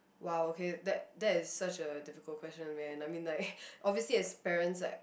!wow! okay that that is such a difficult question man I mean like obviously as parents like